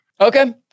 Okay